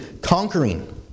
conquering